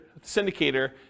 syndicator